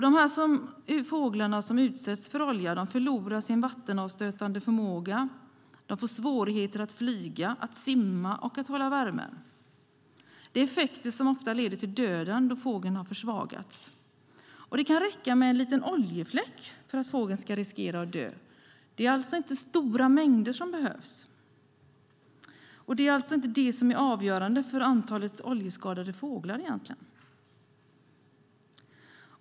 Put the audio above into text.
De fåglar som utsätts för olja förlorar sin vattenavstötande förmåga, får svårigheter att flyga, att simma och att hålla värme. Det är effekter som ofta leder till döden då fågeln försvagas. Det kan räcka med en liten oljefläck för att fågeln ska riskera att dö. Det är alltså inte stora mängder som är avgörande för antalet oljeskadade fåglar.